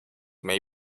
may